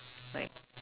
like